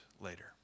later